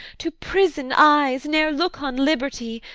to prison, eyes ne'er look on liberty!